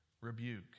rebuke